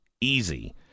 easy